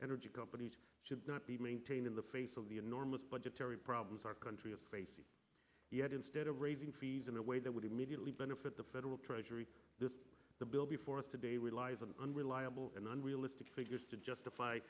energy companies should not be maintained in the face of the enormous budgetary problems our country is facing yet instead of raising fees in a way that would immediately benefit the federal treasury this the bill before us today relies on unreliable and unrealistic figures to justify